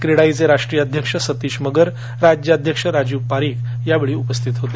क्रेडाईचे राष्ट्रीय अध्यक्ष सतीश मगर राज्यअध्यक्ष राजीव पारखी यावेळी उपस्थित होते